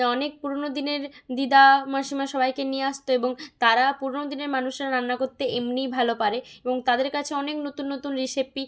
অনেক পুরোনো দিনের দিদা মাসিমা সবাইকে নিয়ে আসত এবং তারা পুরোনো দিনের মানুষরা রান্না করতে এমনিই ভালো পারে এবং তাদের কাছে অনেক নতুন নতুন রেসিপি